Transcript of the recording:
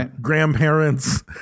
grandparents